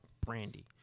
Brandy